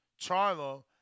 Charlo